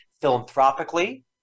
philanthropically